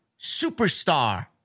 superstar